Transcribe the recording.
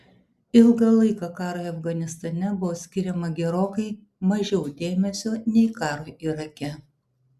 ilgą laiką karui afganistane buvo skiriama gerokai mažiau dėmesio nei karui irake